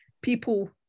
people